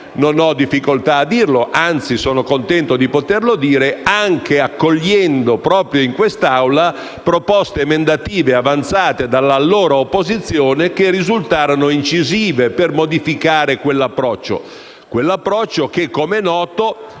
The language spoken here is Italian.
non ho difficoltà a dirlo, anzi sono contento di poterlo dire - anche accogliendo, proprio in questa Assemblea, proposte emendative avanzate dall'allora opposizione, che risultarono incisive per modificare quell'approccio; un approccio che - com'è noto